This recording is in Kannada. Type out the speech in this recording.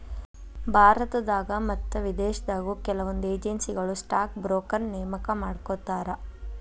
ಭಾರತದಾಗ ಮತ್ತ ವಿದೇಶದಾಗು ಕೆಲವೊಂದ್ ಏಜೆನ್ಸಿಗಳು ಸ್ಟಾಕ್ ಬ್ರೋಕರ್ನ ನೇಮಕಾ ಮಾಡ್ಕೋತಾರ